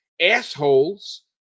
Assholes